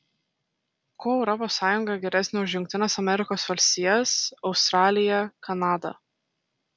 kuo europos sąjunga geresnė už jungtines amerikos valstijas australiją kanadą